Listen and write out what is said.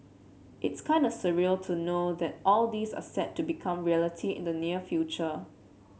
it's kind a surreal to know that all this are set to become reality in the near future